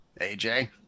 AJ